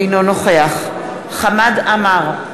אינו נוכח חמד עמאר,